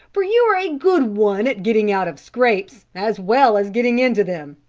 for you are a good one at getting out of scrapes as well as getting into them.